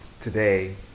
today